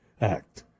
Act